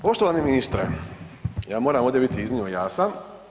Poštovani ministre, ja moram ovdje biti iznimno jasan.